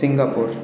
Singapore